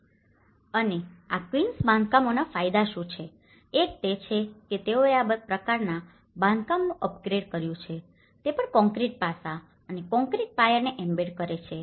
અને આ ક્વીન્સ બાંધકામોના ફાયદા શું છે એક તે છે કે તેઓએ આ પ્રકારનાં બાંધકામનુ અપગ્રેડ કર્યું છે તે પણ કોંક્રિટ પાસા અને કોંક્રિટ પાયાને એમ્બેડ કરે છે